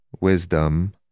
wisdom